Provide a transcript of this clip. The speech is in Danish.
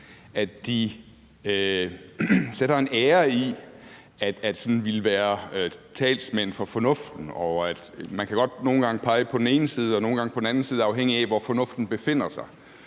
at de sætter en ære i sådan at ville være talsmænd for fornuften. Man kan godt nogle gange pege på den ene side og nogle gange på den anden side, afhængigt af hvor fornuften befinder sig.